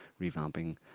revamping